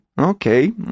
okay